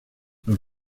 los